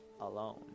alone